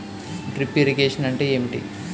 Drip irrigation అంటే ఏమిటి?